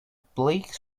bleak